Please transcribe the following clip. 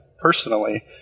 personally